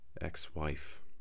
ex-wife